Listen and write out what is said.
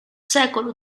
secolo